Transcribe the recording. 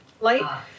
light